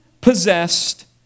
possessed